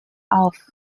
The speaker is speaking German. auf